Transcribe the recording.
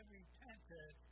repented